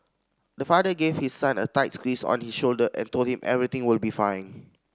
the father gave his son a tight squeeze on his shoulder and told him everything will be fine